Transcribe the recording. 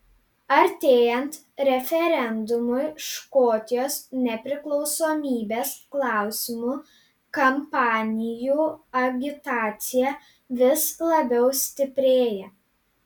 artėjant referendumui škotijos nepriklausomybės klausimu kampanijų agitacija vis labiau stiprėja